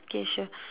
K sure